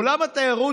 עולם התיירות,